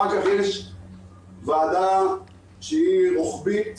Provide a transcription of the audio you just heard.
אחר כך יש ועדה שהיא רוחבית.